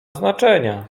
znaczenia